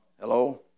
Hello